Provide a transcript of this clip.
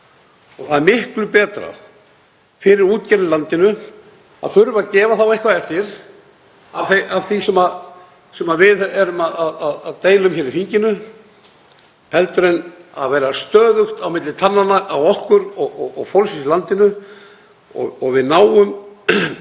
Það er miklu betra fyrir útgerðir í landinu að þurfa að gefa eitthvað eftir af því sem við erum að deila um hér í þinginu heldur en að vera stöðugt á milli tannanna á okkur og fólkinu í landinu. Við þurfum